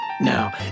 Now